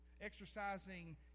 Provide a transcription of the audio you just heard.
exercising